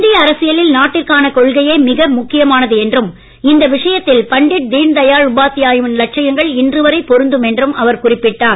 இந்திய அரசியலில் நாட்டிற்கான கொள்கையே மிக முக்கியமானது என்றும் இந்த விஷயத்தில் பண்டிட் தீனதயாள் உபாத்யாயாவின் லட்சியங்கள் இன்று வரை பொருந்தும் என்றும் அவர் குறிப்பிட்டார்